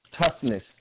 toughness